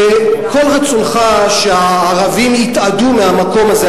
וכל רצונך שהערבים יתאדו מהמקום הזה,